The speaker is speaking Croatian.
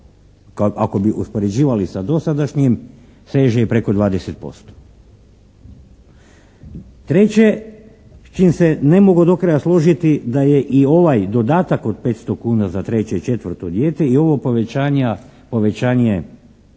ako bi uspoređivali sa dosadašnjim seže preko 20%. Treće s čime se ne mogu do kraja složiti da je i ovaj dodatak od 500 kuna za treće i četvrto dijete i ovo povećanje